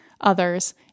others